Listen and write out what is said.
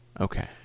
Okay